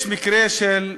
יש מקרה של הרג,